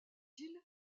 ils